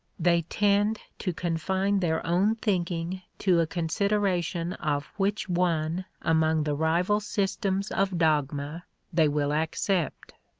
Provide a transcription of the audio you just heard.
they tend to confine their own thinking to a consideration of which one among the rival systems of dogma they will accept.